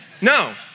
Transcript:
No